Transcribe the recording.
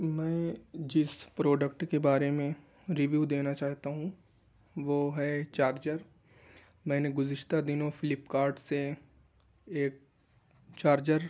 میں جس پروڈکٹ کے بارے میں ریویو دینا چاہتا ہوں وہ ہے چارجر میں نے گزشتہ دنوں فلپکارٹ سے ایک چارجر